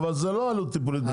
אבל זה לא עלות תפעולית משמעותית,